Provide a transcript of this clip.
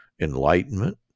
enlightenment